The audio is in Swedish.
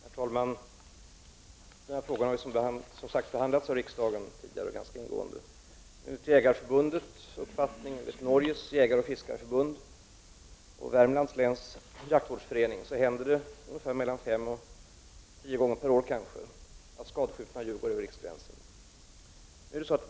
Herr talman! Herr talman! Den här frågan har som sagts behandlats av riksdagen tidigare ganska ingående. Enligt Jägarförbundet, enligt Norges jägaroch fiskarförbund och enligt Värmlands läns jaktvårdsförening händer det ungefär fem-tio gånger per år att skadeskjutna djur går över riksgränsen.